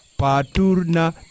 paturna